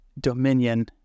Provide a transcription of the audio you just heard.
dominion